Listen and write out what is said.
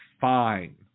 Fine